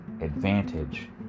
advantage